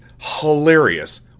hilarious